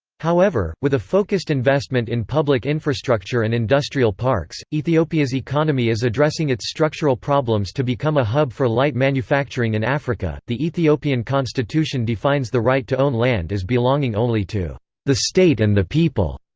however, with a focused investment in public infrastructure and industrial parks, ethiopia's economy is addressing its structural problems to become a hub for light manufacturing in africa the ethiopian constitution defines the right to own land as belonging only to the state and the people,